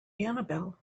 annabelle